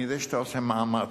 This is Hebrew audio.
אני יודע שאתה עושה מאמץ.